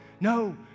No